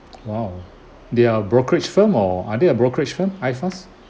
!wow! they are brokerage firm or are they a brokerage firm ifast